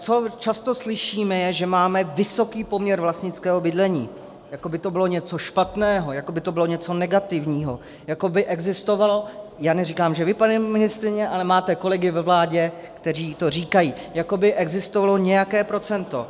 Co často slyšíme, je, že máme vysoký poměr vlastnického bydlení, jako by to bylo něco špatného, jako by to bylo něco negativního, jako by existovalo já neříkám, že vy, paní ministryně, ale máte kolegy ve vládě, kteří to říkají jako by existovalo nějaké procento.